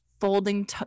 folding